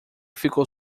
ficou